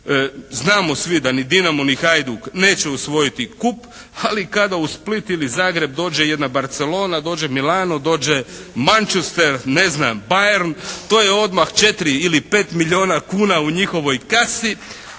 Znamo svi da ni Dinamo ni Hajduk neće osvojiti kup, ali kada u Split ili Zagreb dođe jedna Barcelona, dođe Milano, dođe Manchester, ne znam Bayern. To je odmah 4 ili 5 milijuna kuna u njihovoj kasi,